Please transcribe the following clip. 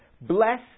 Bless